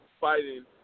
fighting